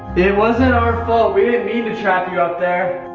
it wasn't our fault, we didn't mean to trap you up there.